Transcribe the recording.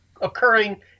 occurring